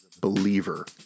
Believer